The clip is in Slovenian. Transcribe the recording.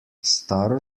staro